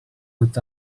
would